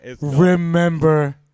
Remember